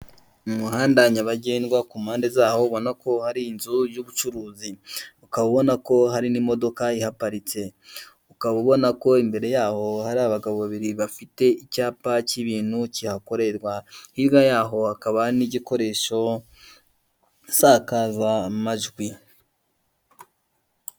Umuhanda nyabandwa, kumpande zawo ubona ko hari inzu y'ubucuruzi, ukaba ubona ko hari n'imodoka ihaparitse, ukaba ubona ko imbere yaho hari abagabo babiri bafite icyapa k'ikibintu cyihakorerwa, hirya yaho hakaba hari n'igikoresho nsakazamajwi.